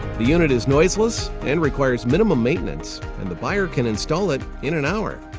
the unit is noiseless and requires minimum maintenance and the buyer can install it in an hour.